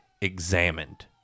examined